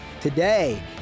Today